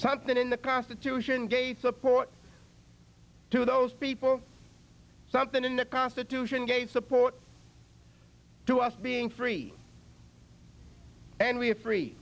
something in the constitution gave support to those people something in the constitution gave support to us being free and we have free